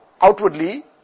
outwardly